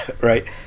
right